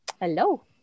Hello